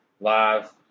live